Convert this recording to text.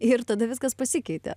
ir tada viskas pasikeitė